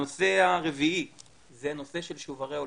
הנושא הרביעי זה נושא של שוברי האולפן.